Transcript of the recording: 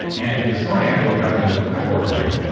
and this morning, i woke up and i looked at my oura ring,